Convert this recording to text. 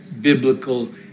biblical